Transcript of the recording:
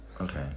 Okay